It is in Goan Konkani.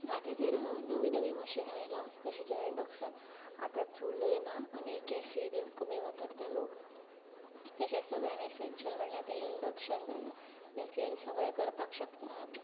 आतां तर नवीं नवीं मशिनां आयल्यां जशी की इंडक्शन आतां चूलय ना आनी गॅसूय बी कमी वापरता लोक तशेंच सगल्यान एसेंसशीयल म्हणल्यार आतां इंडक्शन जालां जाचेर सगलें करपाक शकता आमी